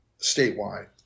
statewide